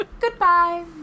Goodbye